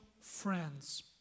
friends